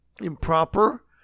improper